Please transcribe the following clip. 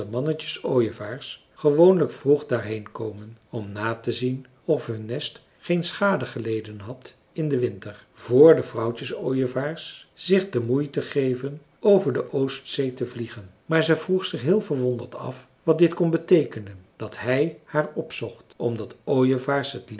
mannetjes ooievaars gewoonlijk vroeg daarheen komen om na te zien of hun nest geen schade geleden had in den winter vr de vrouwtjes ooievaars zich de moeite geven over de oostzee te vliegen maar ze vroeg zich heel verwonderd af wat dit kon beteekenen dat hij haar opzocht omdat ooievaars het